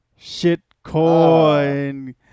Shitcoin